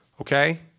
okay